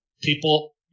people